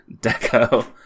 Deco